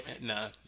No